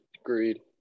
Agreed